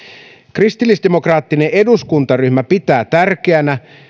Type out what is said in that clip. kristillisdemokraattinen eduskuntaryhmä pitää tärkeänä